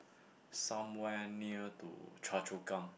somewhere near to Choa-Chu-Kang